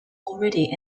already